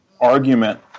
argument